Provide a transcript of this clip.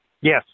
Yes